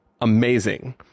amazing